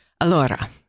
Allora